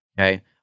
Okay